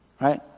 right